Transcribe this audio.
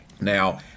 Now